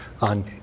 on